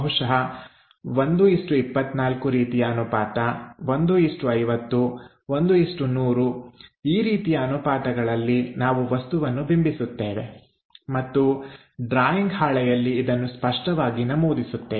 ಬಹುಶಃ 124 ರೀತಿಯ ಅನುಪಾತ 150 1100 ಈ ರೀತಿಯ ಅನುಪಾತಗಳಲ್ಲಿ ನಾವು ವಸ್ತುವನ್ನು ಬಿಂಬಿಸುತ್ತೇವೆ ಮತ್ತು ಡ್ರಾಯಿಂಗ್ ಹಾಳೆಯಲ್ಲಿ ಇದನ್ನು ಸ್ಪಷ್ಟವಾಗಿ ನಮೂದಿಸುತ್ತೇವೆ